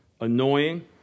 annoying